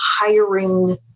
hiring